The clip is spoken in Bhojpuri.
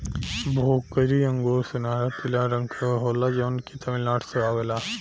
भोकरी अंगूर सुनहरा पीला रंग के होला जवन की तमिलनाडु से आवेला